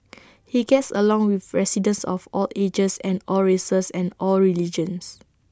he gets along with residents of all ages and all races and all religions